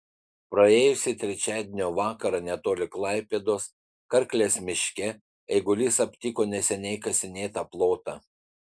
praėjusį trečiadienio vakarą netoli klaipėdos karklės miške eigulys aptiko neseniai kasinėtą plotą